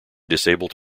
disabled